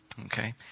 okay